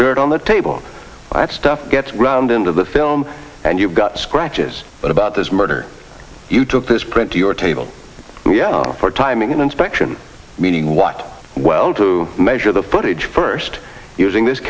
dirt on the table at stuff gets ground into the film and you've got scratches but about this murder you took this print to your table for timing and inspection meaning what well to measure the footage first using this